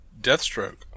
Deathstroke